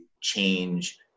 change